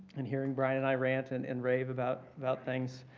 and hearing brian and i rant and and rave about about things.